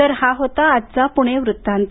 तर हा होता आजचा पुणे वृत्तांत